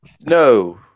No